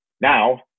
now